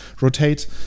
rotate